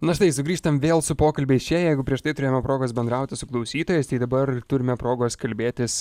na štai sugrįžtam vėl su pokalbiais čia jeigu prieš tai turėjome progos bendrauti su klausytojais tai dabar turime progos kalbėtis